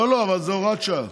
אבל זה הוראת שעה.